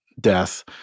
death